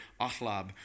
Ahlab